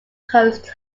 coast